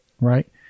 Right